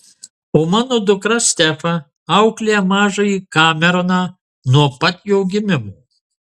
o mano dukra stefa auklėja mažąjį kameroną nuo pat jo gimimo